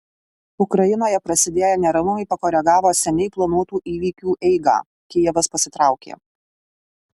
ukrainoje prasidėję neramumai pakoregavo seniai planuotų įvykiu eigą kijevas pasitraukė